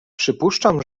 przypuszczam